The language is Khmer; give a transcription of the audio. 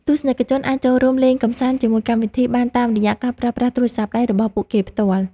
ទស្សនិកជនអាចចូលរួមលេងកម្សាន្តជាមួយកម្មវិធីបានតាមរយៈការប្រើប្រាស់ទូរស័ព្ទដៃរបស់ពួកគេផ្ទាល់។